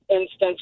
instance